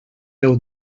déu